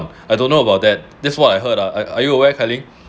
I don't know about that that's what I heard ah are are you aware kailing